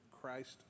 Christ